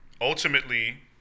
ultimately